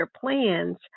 plans